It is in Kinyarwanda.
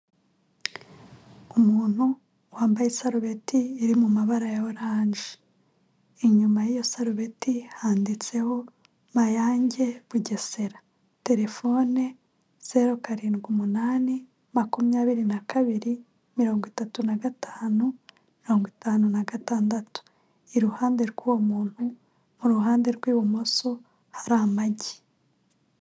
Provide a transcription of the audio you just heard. Umuntu wambaye isarubeti, iri mu mabara ya oranje, inyuma y'iyo sarubeti handitseho Mayange Bugesera, telefone zero karindwi umunani, makumyabiri na kabiri, mirongo itatu na gatanu, mirongo itanu na gatandatu, iruhande rw'uwo muntu, muruhande rw'ibumoso, hari amagi.